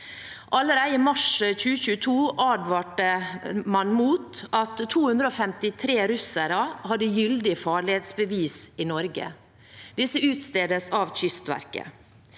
Allerede i mars 2022 advarte man mot at 253 russere hadde gyldig farledsbevis i Norge. Disse utstedes av Kystverket.